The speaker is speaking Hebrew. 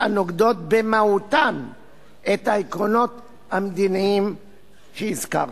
הנוגדות במהותן את העקרונות המדיניים שהזכרתי.